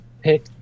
pick